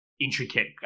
intricate